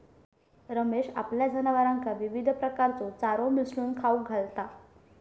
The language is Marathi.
रमेश आपल्या जनावरांका विविध प्रकारचो चारो मिसळून खाऊक घालता